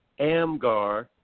AMGAR